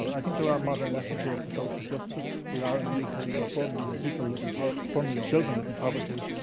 i think there are modern lessons here for social justice. we are in the uk, where four million people live in four million children live in poverty.